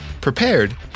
prepared